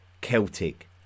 Celtic